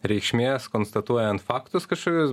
reikšmės konstatuojant faktus kažkokius